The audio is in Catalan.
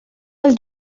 del